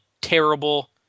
terrible